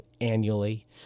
annually